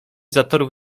zatorów